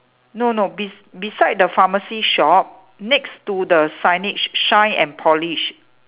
no no bes~ beside the pharmacy shop next to the signage shine and polish